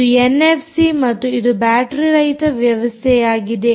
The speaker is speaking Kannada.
ಇದು ಎನ್ಎಫ್ಸಿ ಮತ್ತು ಇದು ಬ್ಯಾಟರೀ ರಹಿತ ವ್ಯವಸ್ಥೆಯಾಗಿದೆ